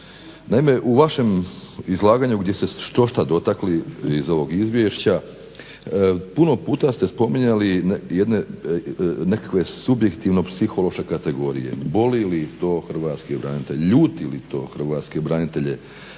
naime u vašem izlaganju gdje ste štošta dotakli iz ovog izvješća puno puta ste spominjali nekakve subjektivno psihološke kategorije. Boli li to hrvatske branitelje? Ljuti li to hrvatske branitelje?